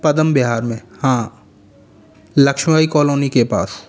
पदम विहार में हाँ लक्ष्मीबाई कॉलोनी के पास